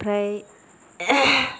ओमफ्राय